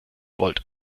volt